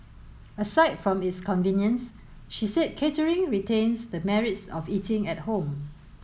aside from its convenience she said catering retains the merits of eating at home